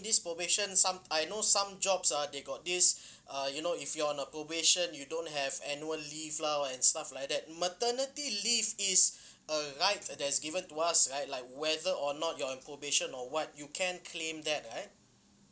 this probation some I know some jobs ah they got this uh you know if you're on the probation you don't have annual leave lah and stuff like that maternity leave is a right that's given to us right like whether or not you're on probation or what you can claim that right